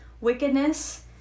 Wickedness